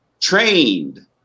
trained